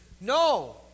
No